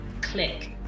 click